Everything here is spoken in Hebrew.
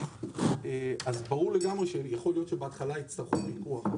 יכול להיות שבהתחלה יצטרכו פיקוח.